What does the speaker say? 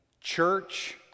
church